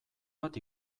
bat